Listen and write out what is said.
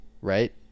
right